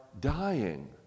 dying